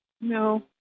No